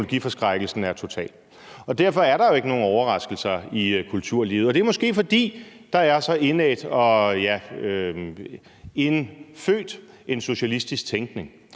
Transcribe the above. teknologiforskrækkelsen er total. Derfor er der jo ikke nogen overraskelser i kulturlivet, og det er måske, fordi der er en så indædt og, ja, indlejret socialistisk tænkning.